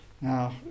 Now